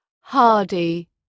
hardy